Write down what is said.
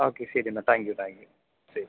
okay ശരി എന്നാൽ thank you thank you